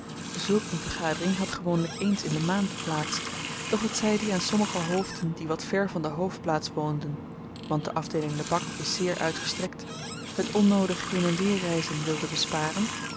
zulk een vergadering had gewoonlyk eens in de maand plaats doch hetzyd i aan sommige hoofden die wat ver van de hoofdplaats woonden want de afdeeling lebak is zeer uitgestrekt het onnoodig heen en weerreizen wilde besparen